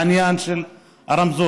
העניין של הרמזור,